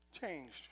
changed